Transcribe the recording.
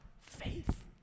faith